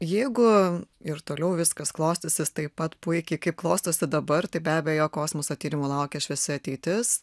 jeigu ir toliau viskas klostysis taip pat puikiai kaip klostosi dabar tai be abejo kosmoso tyrimų laukia šviesi ateitis